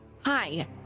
Hi